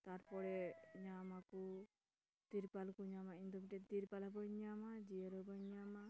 ᱛᱟᱨᱯᱚᱨᱮ ᱧᱟᱢᱟᱠᱚ ᱛᱤᱨᱯᱳᱞ ᱠᱚ ᱧᱟᱢᱟ ᱤᱧ ᱫᱚ ᱢᱤᱫᱴᱮᱱ ᱛᱤᱨᱯᱳᱞ ᱦᱚᱸ ᱵᱟᱹᱧ ᱧᱟᱢᱟ ᱡᱤᱭᱟᱹᱨ ᱦᱚᱸ ᱵᱟᱹᱧ ᱧᱟᱢᱟ